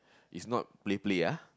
is not play play ah